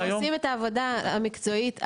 עושים את העבודה המקצועית.